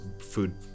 food